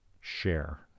share